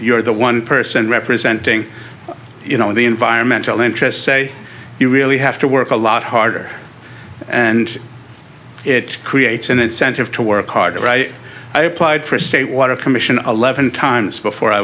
you're the one person representing you know the environmental interests say you really have to work a lot harder and it creates an incentive to work harder i applied for a state water commission eleven times before i